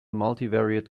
multivariate